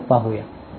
चला तर मग पाहू